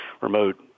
remote